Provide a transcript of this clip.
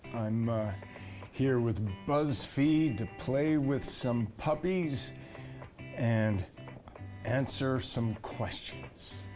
i'm here with buzzfeed to play with some puppies and answer some questions.